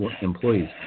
employees